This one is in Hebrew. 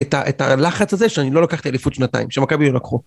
את הלחץ הזה שאני לא לקחתי אליפות שנתיים, שמכבי היו לקחו.